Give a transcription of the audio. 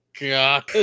god